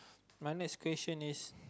my next question is